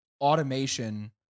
automation